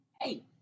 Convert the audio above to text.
hey